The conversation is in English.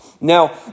Now